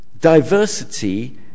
diversity